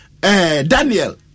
Daniel